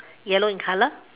yellow in color